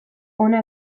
hona